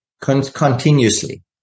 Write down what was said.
continuously